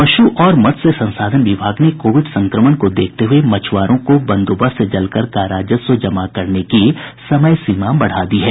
पशु और मत्स्य संसाधन विभाग ने कोविड संक्रमण को देखते हुए मछुआरों को बंदोबस्त जलकर का राजस्व जमा करने की समय सीमा बढ़ा दी है